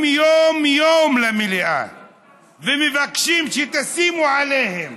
יום-יום למליאה ומבקשים שתשימו עליהם.